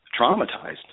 traumatized